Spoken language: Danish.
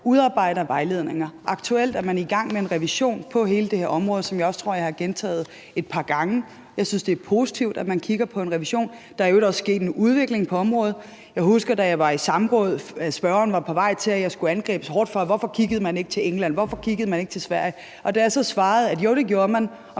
udarbejder vejledninger. Aktuelt er man i gang med en revision af hele det her område, hvilket jeg også tror jeg har gentaget et par gange. Jeg synes, det er positivt, at man kigger på en revision. Der er i øvrigt også sket en udvikling på området. Jeg husker, da jeg var i samråd og spørgeren lagde an til, at jeg skulle angribes hårdt, og spurgte, hvorfor man ikke kiggede til England, eller hvorfor man ikke kiggede til Sverige. Da jeg så svarede, at jo, det gjorde man, og